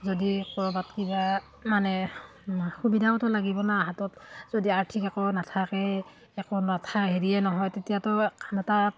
যদি ক'ৰবাত কিবা মানে সুবিধাওতো লাগিব না হাতত যদি আৰ্থিক একো নাথাকেই একো নাথাকে হেৰিয়ে নহয় তেতিয়াতো কাম এটা